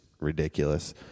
ridiculous